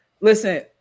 listen